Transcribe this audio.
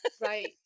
Right